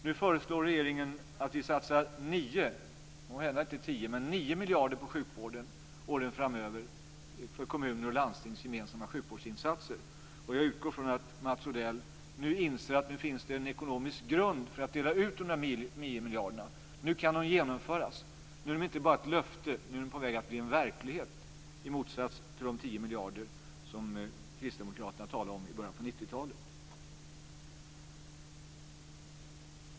Nu föreslår regeringen att vi ska satsa visserligen inte 10 men 9 miljarder åren framöver på kommuners och landstings gemensamma sjukvårdsinsatser. Jag utgår från att Mats Odell inser att det nu finns ekonomisk grund för att dela ut dessa 9 miljarder. Nu kan det genomföras. Det är inte bara ett löfte utan något som är på väg att bli verklighet, i motsats till de 10 miljarder som kristdemokraterna talade om i början på 90-talet.